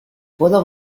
puedo